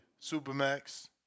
Supermax